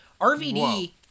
RVD